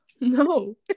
No